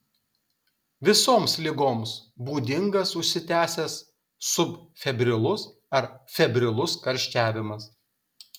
visoms ligoms būdingas užsitęsęs subfebrilus ar febrilus karščiavimas